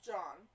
John